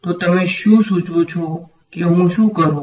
તો તમે શું સૂચવો છો કે હું શું કરું